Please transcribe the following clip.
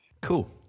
Cool